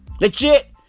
Legit